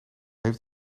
heeft